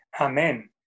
Amen